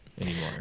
anymore